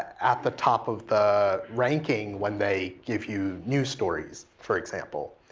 at the top of the ranking when they give you news stories for example.